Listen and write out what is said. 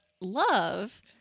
love